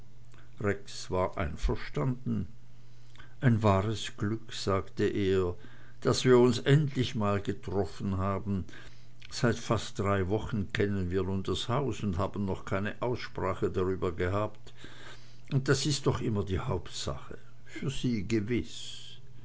war einverstanden ein wahres glück sagte er daß wir uns endlich mal getroffen haben seit fast drei wochen kennen wir nun das haus und haben noch keine aussprache darüber gehabt und das ist doch immer die hauptsache für sie gewiß